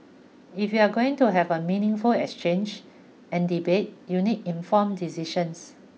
if you're going to have a meaningful exchange and debate you need informed decisions